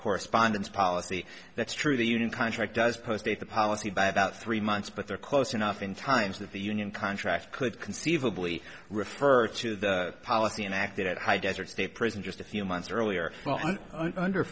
correspondence policy that's true the union contract does post date the policy by about three months but they're close enough in times that the union contract could conceivably refer to the policy enacted at high desert state prison just a few months earlier